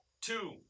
two